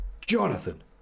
Jonathan